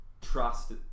trust